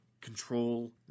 control